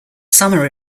summer